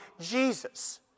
Jesus